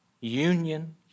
Union